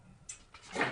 הזאת,